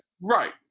Right